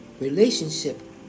relationship